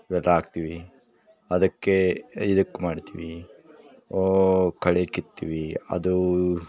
ಇವೆಲ್ಲ ಹಾಕ್ತೀವಿ ಅದಕ್ಕೆ ಇದಕ್ಕೆ ಮಾಡ್ತೀವಿ ಕಳೆ ಕಿತ್ತತೀವಿ ಅದು